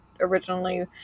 originally